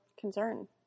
concern